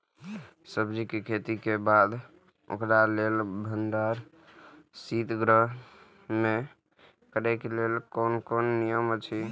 सब्जीके खेती करे के बाद ओकरा लेल भण्डार शित गृह में करे के लेल कोन कोन नियम अछि?